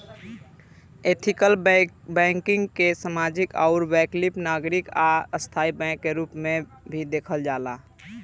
ethical banking के सामाजिक आउर वैकल्पिक नागरिक आ स्थाई बैंक के रूप में भी देखल जाला